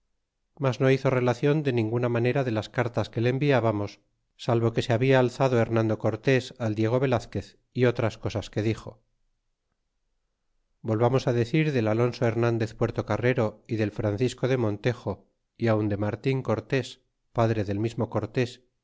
mas no hizo relacion de ninguna manera de las cartas que le enviábamos salvo que se habla alzado hernando cortés al diego velazquez y otras cosas que dixo volvamos decir del alonso hernandez puertocarrero y del francisco de montejo y aun de martin cortés padre del mismo cortes